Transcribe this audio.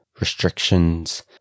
restrictions